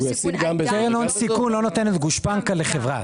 -- קרן הון סיכון לא נותנת גושפנקה לחברה,